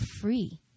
free